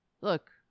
Look